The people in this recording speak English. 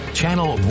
channel